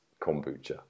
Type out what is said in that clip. kombucha